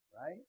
Right